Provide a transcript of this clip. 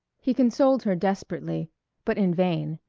he consoled her desperately but in vain.